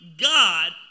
God